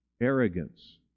arrogance